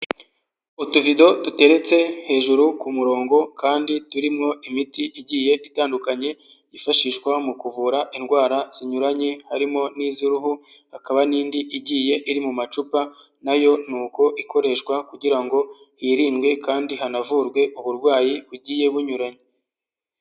Utuvido duteretse hejuru ku murongo kandi turimo imiti igiye itandukanye, yifashishwa mu kuvura indwara zinyuranye, harimo n'iz'uruhu, hakaba n'indi igiye iri mu macupa na yo nuko ikoreshwa kugira ngo hirindwe kandi hanavurwe uburwayi bugiye bunyuranye.